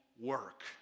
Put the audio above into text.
work